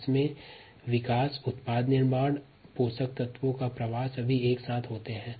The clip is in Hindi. इसमें जीवों की वृद्धि उत्पाद निर्माण और पोषक तत्व का बहाव सभी एक साथ होते हैं